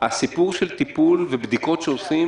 הסיפור של טיפול ובדיקות שעושים